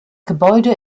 gebäude